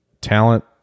talent